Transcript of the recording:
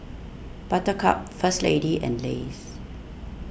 Buttercup First Lady and Lays